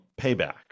Payback